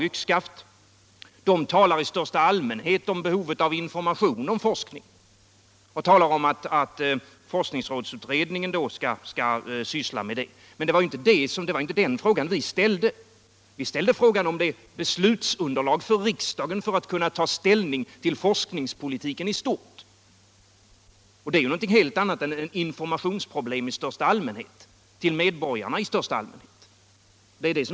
Utskottet talar i största allmänhet om behovet av information om forskning och hänvisar till att forskningsrådsutredningen skall syssla med det spörsmålet. Men det var inte den frågan vi tog upp. Vi ställde frågan om ett beslutsunderlag för riksdagen för att ge den möjlighet att ta ställning till forskningspolitiken i stort, och det är något helt annat än informationsproblem för medborgarna i största allmänhet.